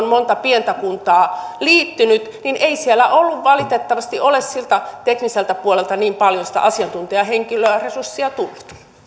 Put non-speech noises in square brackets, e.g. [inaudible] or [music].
[unintelligible] monta pientä kuntaa liittynyt ei siellä valitettavasti ole siltä tekniseltä puolelta niin paljon sitä asiantuntijahenkilöresurssia tullut edustaja